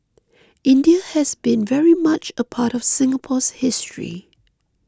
India has been very much a part of Singapore's history